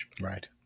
Right